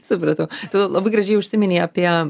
supratau tu labai gražiai užsiminei apie